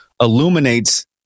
illuminates